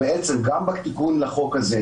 גם בתיקון לחוק הזה,